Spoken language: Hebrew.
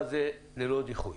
עוד לא הכרענו מה זה "ללא דיחוי".